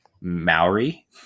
Maori